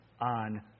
on